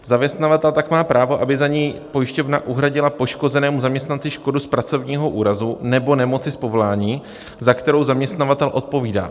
Zaměstnavatel tak má právo, aby za něj pojišťovna uhradila poškozenému zaměstnanci škodu z pracovního úrazu nebo nemoci z povolání, za kterou zaměstnavatel odpovídá.